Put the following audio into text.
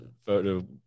photo